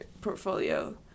portfolio